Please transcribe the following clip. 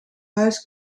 huis